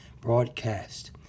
broadcast